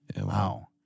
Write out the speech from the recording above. Wow